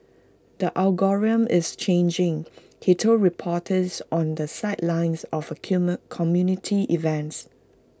the algorithm is changing he told reporters on the sidelines of A community events